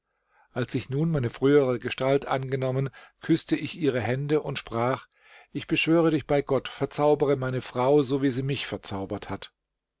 als ich nun meine frühere gestalt angenommen küßte ich ihre hände und sprach ich beschwöre dich bei gott verzaubere meine frau so wie sie mich verzaubert hat